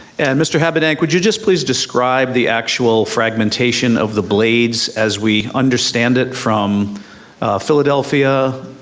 and mr. habedank would you just please describe the actual fragmentation of the blades as we understand it from philadelphia,